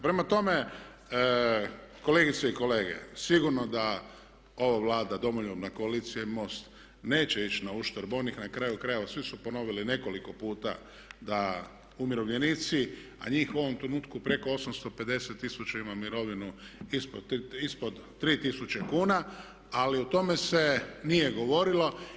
Prema tome, kolegice i kolege sigurno da ova Vlada, domoljubna koalicija i MOST neće ići na uštrb onih, na kraju krajeva svi su ponovili nekoliko puta da umirovljenici a njih u ovom trenutku preko 850 tisuća ima mirovinu ispod 3000 kn ali o tome se nije govorilo.